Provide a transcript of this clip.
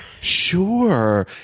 sure